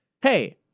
Hey